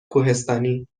کوهستانی